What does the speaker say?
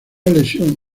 lesión